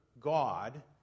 God